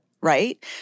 right